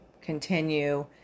continue